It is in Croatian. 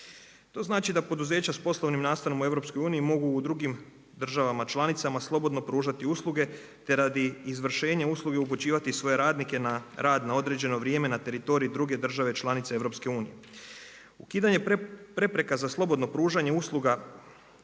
To znači da poduzeća s poslovnim nastanom u EU, mogu u drugim državama članica, slobodno pružati usluge, te radi izvršenja usluge, upućivati svoje radnike na rad na određeno vrijeme na teritorij druge države članice EU. Ukidanjem prepreka za slobodno pružanje usluga